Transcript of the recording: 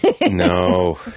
No